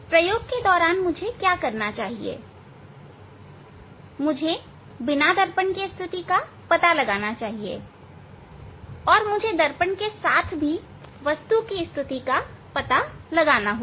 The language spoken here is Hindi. प्रयोग के दौरान मुझे क्या करना चाहिए मुझे बिना दर्पण के स्थिति का पता लगाना चाहिए मुझे दर्पण के कारण वस्तु के प्रतिबिंब की स्थिति का भी पता लगाना चाहिए